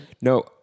No